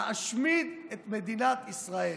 להשמיד את מדינת ישראל.